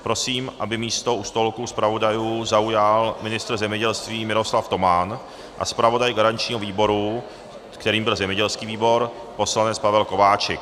Prosím, aby místo u stolku zpravodajů zaujal ministr zemědělství Miroslav Toman a zpravodaj garančního výboru, kterým byl zemědělský výbor, poslanec Pavel Kováčik.